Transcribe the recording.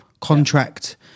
contract